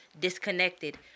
disconnected